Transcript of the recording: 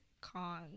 con